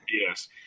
Yes